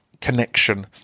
connection